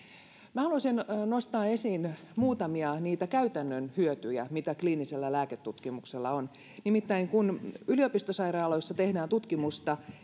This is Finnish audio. minä haluaisin nostaa esiin muutamia käytännön hyötyjä mitä kliinisellä lääketutkimuksella on nimittäin kun yliopistosairaaloissa tehdään tutkimusta